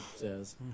says